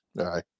Aye